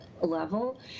Level